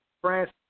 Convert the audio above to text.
France